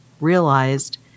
realized